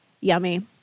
Yummy